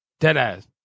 Deadass